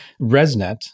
ResNet